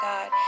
God